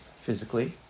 Physically